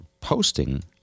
posting